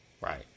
right